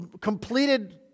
completed